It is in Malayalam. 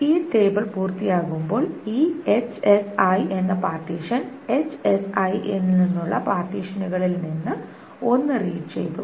ഈ ടേബിൾ പൂർത്തിയാകുമ്പോൾ ഈ എന്ന പാർട്ടീഷൻ ൽ നിന്നുള്ള പാർട്ടീഷനുകളിൽ ഒന്ന് റീഡ് ചെയ്തു